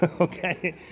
okay